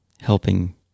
helping